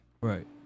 right